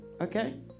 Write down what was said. Okay